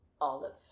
Olive